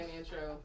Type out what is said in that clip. intro